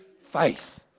faith